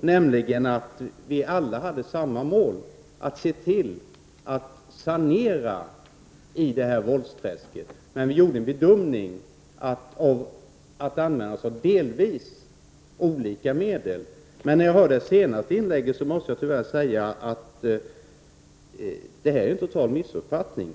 nämligen att vi alla har samma mål: att sanera i våldsträsket. Vi tänkte oss emellertid delvis olika medel. När jag hörde Ragnhild Pohankas senaste inlägg måste jag tyvärr säga att det rör sig om en total missuppfattning.